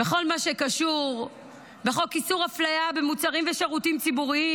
בכל מה שקשור בחוק איסור אפליה במוצרים ושירותים ציבוריים,